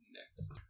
next